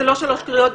אלה לא שלוש קריאות.